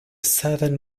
southern